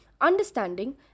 understanding